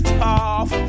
tough